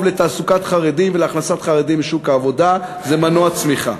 לתעסוקת חרדים ולהכנסת חרדים לשוק העבודה זה מנוע צמיחה.